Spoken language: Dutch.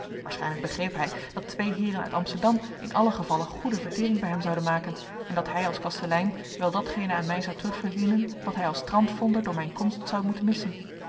waarschijnlijk begreep hij dat twee heeren uit amsterdam in allen gevalle goede vertering bij hem zouden maken en dat hij als kastelein wel datgene aan mij zou terugverdienen wat hij als strandvonder door mijn komst zou moeten missen